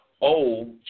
old